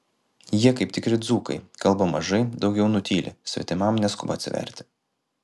jie kaip tikri dzūkai kalba mažai daugiau nutyli svetimam neskuba atsiverti